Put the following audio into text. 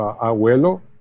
abuelo